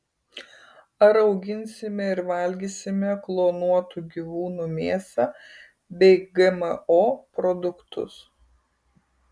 ar auginsime ir valgysime klonuotų gyvūnų mėsą bei gmo produktus